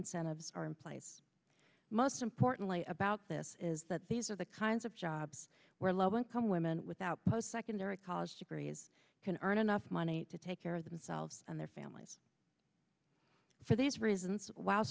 incentives are in place most importantly about this is that these are the kinds of jobs where low income women without post secondary college degrees can earn enough money to take care of themselves and their families for these reasons while